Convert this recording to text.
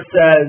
says